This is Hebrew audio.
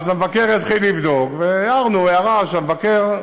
המבקר יתחיל לבדוק, והערנו שהמבקר,